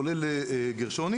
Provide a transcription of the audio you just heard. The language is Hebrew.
כולל לגרשוני